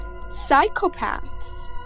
Psychopaths